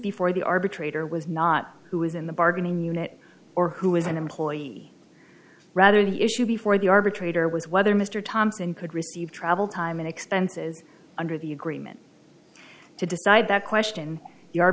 before the arbitrator was not who was in the bargaining unit or who was an employee rather the issue before the arbitrator was whether mr thompson could receive travel time and expenses under the agreement to decide that question